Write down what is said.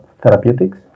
Therapeutics